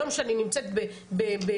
היום כשאני נמצאת ביחידה,